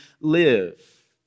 live